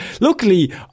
luckily